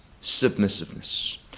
submissiveness